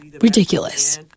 ridiculous